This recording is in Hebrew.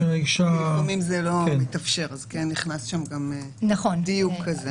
לפעמים זה לא מתאפשר, לכן נכנס שם דיוק כזה.